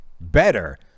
better